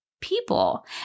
people